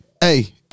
Hey